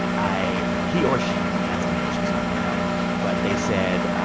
i he or she, we had some initials, so i don't know but they said,